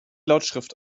lautschrift